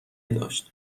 داشت